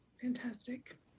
Fantastic